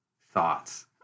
thoughts